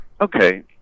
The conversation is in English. okay